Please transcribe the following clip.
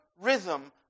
rhythm